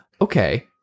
okay